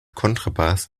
kontrabass